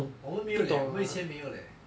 我们没有 leh 我们以前没有 leh